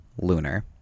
Lunar